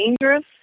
dangerous